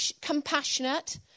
compassionate